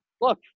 look